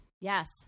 yes